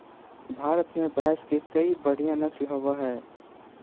भारत में भैंस के बढ़िया नस्ल होबो हइ